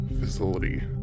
facility